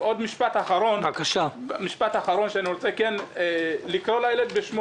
אני רוצה לקרוא לילד בשמו